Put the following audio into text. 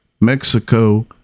Mexico